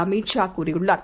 அமித்ஷாகூறியுள்ளார்